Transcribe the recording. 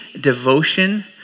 devotion